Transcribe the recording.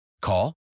Call